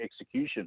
execution